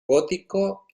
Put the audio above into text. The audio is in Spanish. gótico